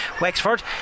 Wexford